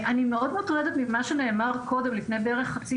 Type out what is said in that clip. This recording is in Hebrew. אני מאוד מוטרדת ממה שנאמר קודם לפני בערך חצי